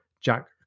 jack